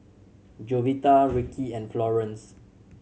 Jovita Rickey and Florance